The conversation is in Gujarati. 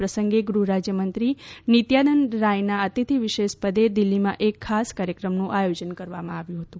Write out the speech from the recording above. આ પ્રસંગે ગૃહરાજ્યમંત્રી નિત્યાનંદ રાયના અતિથિ વિશેષ પદે દિલ્હીમાં એક ખાસ કાર્યક્રમનું આયોજન કરવામાં આવ્યું હતું